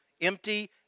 empty